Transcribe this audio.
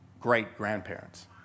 great-grandparents